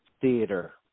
theater